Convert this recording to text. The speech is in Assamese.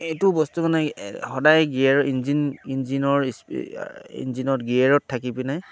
এইটো বস্তু মানে সদায় গিয়াৰ ইঞ্জিন ইঞ্জিনৰ ইঞ্জিনত গিয়েৰত থাকি পিনে